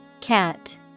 Cat